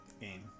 game